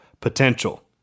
potential